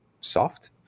soft